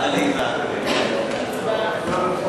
ההצעה להעביר את הצעת חוק בתי-המשפט (תיקון,